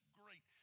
great